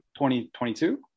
2022